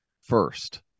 first